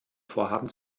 vorhaben